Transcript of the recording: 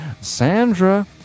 sandra